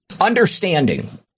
understanding